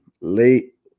late